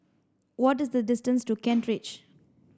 what is the distance to Kent Ridge